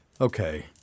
Okay